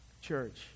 church